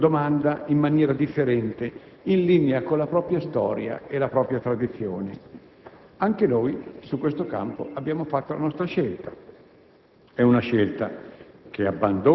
Ciascun Governo risponde a tale domanda in maniera differente, in linea con la propria storia e la propria tradizione. Anche noi in questo campo abbiamo fatto la nostra scelta.